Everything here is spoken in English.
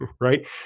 Right